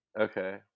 Okay